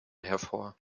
hervor